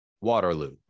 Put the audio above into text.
waterloo